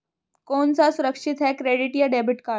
कौन सा सुरक्षित है क्रेडिट या डेबिट कार्ड?